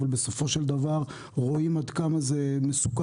אבל בסופו של דבר רואים עד כמה זה מסוכן.